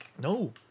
No